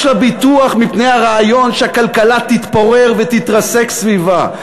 יש לה ביטוח מפני הרעיון שהכלכלה תתפורר ותתרסק סביבה.